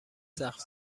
سقف